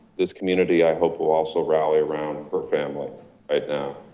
this community, i hope will also rally around her family right now.